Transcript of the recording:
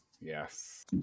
yes